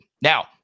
now